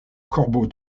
corbeau